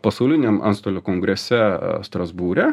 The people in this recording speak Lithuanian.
pasauliniam antstolių kongrese strasbūre